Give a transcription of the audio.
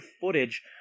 footage